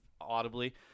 audibly